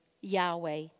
Yahweh